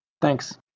Thanks